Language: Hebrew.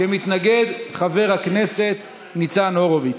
כמתנגד, חבר הכנסת ניצן הורוביץ.